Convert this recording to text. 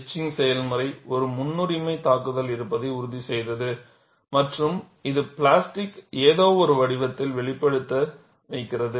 etching செயல்முறை ஒரு முன்னுரிமை தாக்குதல் இருப்பதை உறுதிசெய்தது மற்றும் இது பிளாஸ்டிக் ஏதோவொரு வடிவத்தில் வெளிப்படுத்த வைக்கிறது